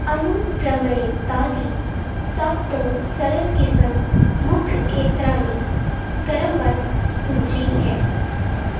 ਅਨੁਕ੍ਰਮਣਿਕਤਾ ਦੀ ਸਭ ਤੋਂ ਸਰਲ ਕਿਸਮ ਮੁੱਖ ਖੇਤਰਾਂ ਦੀ ਕ੍ਰਮਬੱਧ ਸੂਚੀ ਹੈ